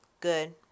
Good